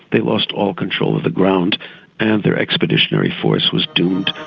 they lost all control of the ground and their expeditionary force was doomed.